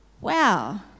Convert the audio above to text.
Wow